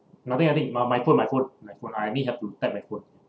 nothing nothing my phone my phone I mean have to tap my phone